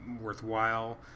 worthwhile